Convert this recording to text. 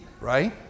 right